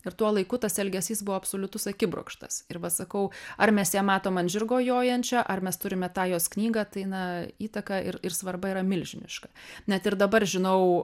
ir tuo laiku tas elgesys buvo absoliutus akibrokštas ir sakau ar mes ją matom ant žirgo jojančio ar mes turime tą jos knygą tai na įtaka ir ir svarba yra milžiniška net ir dabar žinau